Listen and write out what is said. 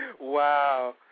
Wow